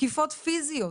תקיפות פיזיות,